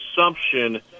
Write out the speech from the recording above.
assumption